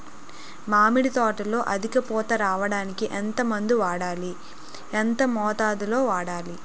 మామిడి తోటలో అధిక పూత రావడానికి ఎంత మందు వాడాలి? ఎంత మోతాదు లో వాడాలి?